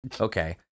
Okay